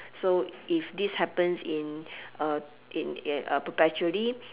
so if this happens in in in perpetually